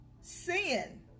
sin